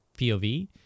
POV